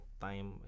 time